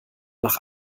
nach